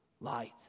light